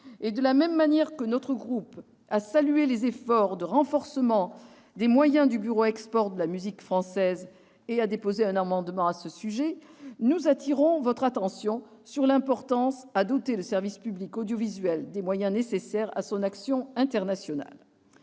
et, de la même manière que notre groupe a salué les efforts de renforcement des moyens du Bureau Export de la musique française et a déposé un amendement à ce sujet, nous attirons votre attention sur l'importance de doter le service public audiovisuel des moyens nécessaires à son action internationale.